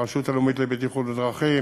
הרשות הלאומית לבטיחות בדרכים,